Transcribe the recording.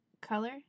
color